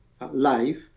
life